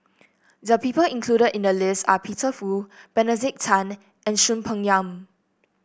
the people included in the list are Peter Fu Benedict Tan and Soon Peng Yam